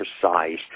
precise